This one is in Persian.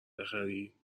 بخری